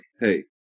hey